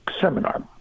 seminar